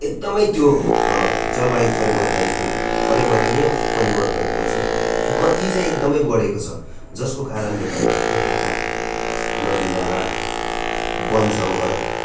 एकदमै त्यो जलवायु परिवर्तनको पर्यावरणीय परिवर्तनको चाहिँ गति चाहिँ एकदमै बडेको छ जसको कारणले गर्दा यहाँका नदीनाला वनजङ्गल